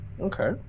Okay